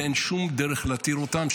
ואין שום דרך להתיר אותם.